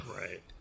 right